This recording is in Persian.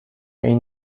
این